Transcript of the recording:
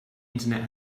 internet